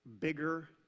bigger